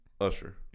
Usher